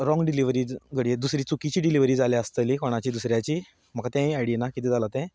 wrong delivery घडये दुसरी चुकीची डिलीवरी जाल्या आसतली कोणाची दुसऱ्याची म्हाका तिवूय आयडिया ना कितें जालां तें